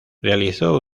realizó